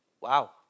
Wow